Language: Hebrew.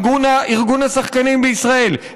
ארגון השחקנים בישראל,